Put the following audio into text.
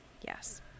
Yes